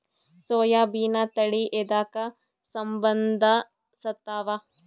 ಸೋಯಾಬಿನ ತಳಿ ಎದಕ ಸಂಭಂದಸತ್ತಾವ?